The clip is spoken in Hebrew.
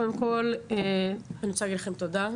קודם כול אני רוצה להגיד לכם תודה.